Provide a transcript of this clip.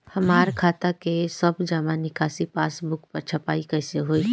हमार खाता के सब जमा निकासी पासबुक पर छपाई कैसे होई?